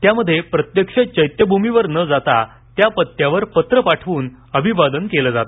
ज्यात प्रत्यक्ष चैत्यभूमीवर न जाता त्या पत्त्यावर पत्र पाठवून अभिवादन करण्यात आले